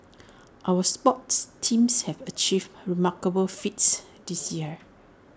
our sports teams have achieved remarkable feats this year